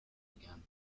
began